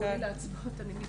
קראו לי להצבעות, אני מתנצלת.